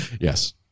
Yes